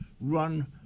run